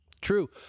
True